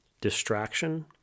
distraction